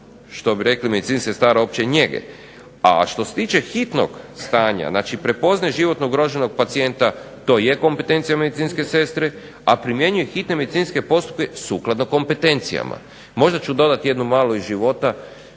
što bi rekli medicinskih sestara opće njege. A što se tiče hitnog stanja, znači prepoznaje životno ugroženog pacijenta, to je kompetencija medicinske sestre, a primjenjuje hitne medicinske postupke sukladno kompetencijama. Možda ću dodati jednu malu iz života.